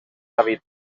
david